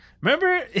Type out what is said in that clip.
remember